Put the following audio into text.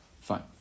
Fine